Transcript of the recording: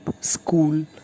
school